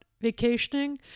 vacationing